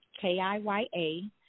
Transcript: k-i-y-a